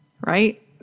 right